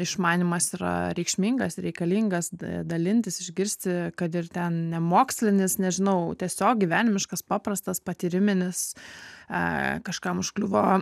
išmanymas yra reikšmingas reikalingas dalintis išgirsti kad ir ten nemokslinis nežinau tiesiog gyvenimiškas paprastas patyriminis e kažkam užkliuvo